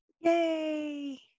Yay